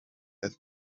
that